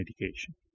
medication